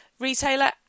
retailer